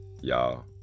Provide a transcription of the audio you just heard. y'all